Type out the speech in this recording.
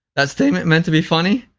that statement meant to be funny?